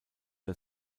der